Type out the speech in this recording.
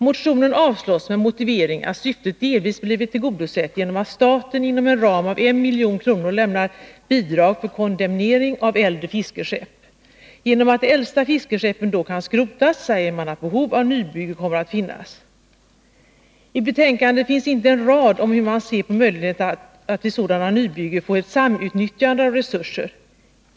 Motionen avslås med motivering att syftet delvis blivit tillgodosett genom att staten inom en ram av 1 milj.kr. lämnar bidrag för kondemnering av äldre fiskeskepp. Genom att de äldsta fiskeskeppen då kan skrotas, säger man, kommer behov av nybygge att finnas. I betänkandet finns inte en rad om hur man ser på möjligheten att vid sådana nybyggen få ett samutnyttjande av resurser.